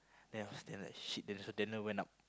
then upstairs like shit that's why Daniel went up